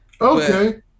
Okay